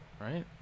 right